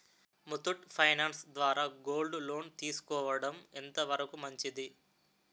Muthoot finance ద్వారా gold loan తీసుకోవడం ఎంత వరకు మంచిది?